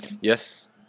Yes